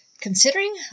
Considering